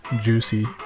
juicy